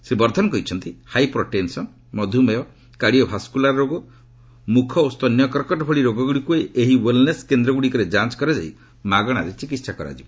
ସେ କହିଛନ୍ତି hypertension ମଧୁମେୟ କାର୍ଡ଼ିଓ ଭାସ୍କୁଲାର ରୋଗ ମୁଖ ଓ ସ୍ତନ୍ୟ କର୍କଟ ଭଳି ରୋଗଗୁଡ଼ିକୁ ଏହି ଓ୍ୱେଲ୍ନେସ୍ କେନ୍ଦ୍ରଗୁଡ଼ିକରେ ଯାଞ୍ କରାଯାଇ ମାଗଣାରେ ଚିକିତ୍ସା କରାଯିବ